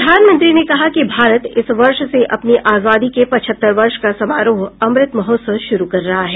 प्रधानमंत्री ने कहा कि भारत इस वर्ष से अपनी आजादी के पचहत्तर वर्ष का समारोह अमृत महोत्सव शुरू कर रहा है